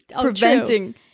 preventing